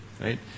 right